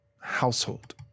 household